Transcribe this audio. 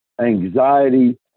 anxiety